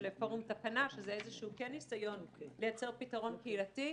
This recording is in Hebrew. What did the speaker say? פורום תקנה שזה כן איזשהו ניסיון לייצר פתרון קהילתי,